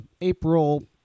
April